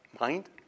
mind